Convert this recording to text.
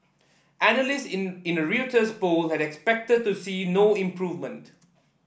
analysts in in a Reuters poll had expected to see no improvement